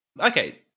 Okay